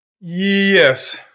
Yes